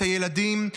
את הילדים,